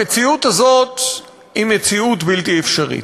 המציאות הזאת היא מציאות בלתי אפשרית.